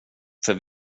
för